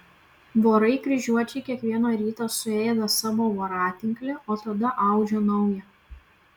vorai kryžiuočiai kiekvieną rytą suėda savo voratinklį o tada audžia naują